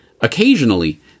Occasionally